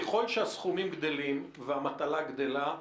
ככל שהסכומים גדולים והמטלה גדלה,